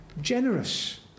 generous